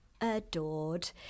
adored